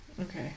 Okay